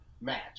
match